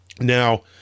Now